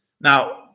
Now